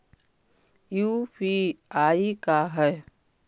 UPI का है?